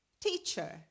Teacher